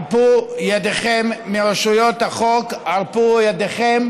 הרפו ידיכם מרשויות החוק, הרפו ידיכם